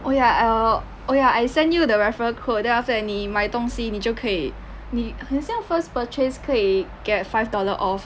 oh ya I will oh ya I send you the referral code then after that 你买东西你就可以你很像 first purchase 可以 get five dollar off